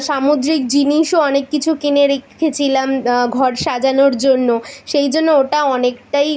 সামুদ্রিক জিনিসও অনেক কিছু কিনে রেখেছিলাম ঘর সাজানোর জন্য সেই জন্য ওটা অনেকটাই